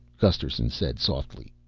gusterson said softly.